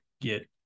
get